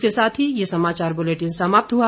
इसी के साथ ये समाचार बुलेटिन समाप्त हुआ